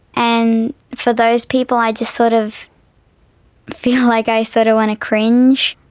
and for those people i just sort of feel like i sort of want to cringe.